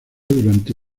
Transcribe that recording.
durante